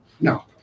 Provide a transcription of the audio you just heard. No